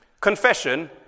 confession